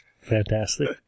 fantastic